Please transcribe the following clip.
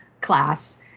class